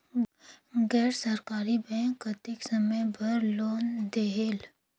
गैर सरकारी बैंक कतेक समय बर लोन देहेल?